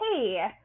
hey